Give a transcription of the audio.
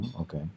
Okay